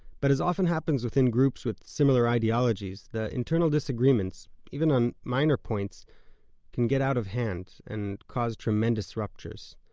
but as often happens within groups with similar ideologies, the internal disagreements even on minor points can get out of hand, and cause tremendous ruptures.